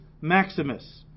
Maximus